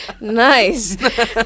Nice